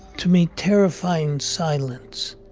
to meet terrifying silence.